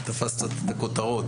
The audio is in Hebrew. תפסו את הכותרות.